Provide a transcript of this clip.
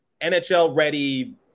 NHL-ready